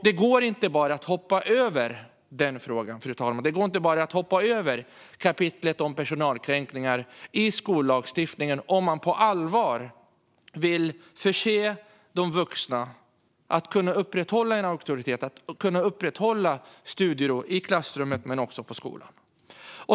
Det går inte att bara hoppa över den frågan och kapitlet om personalkränkningar i skollagstiftningen om man på allvar vill se till att de vuxna kan upprätthålla sin auktoritet och studieron i klassrummet och på skolan.